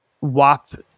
Wap